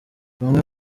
bamwe